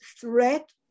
threat